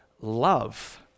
love